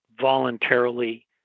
voluntarily